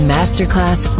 Masterclass